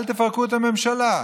אל תפרקו את הממשלה.